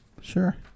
Sure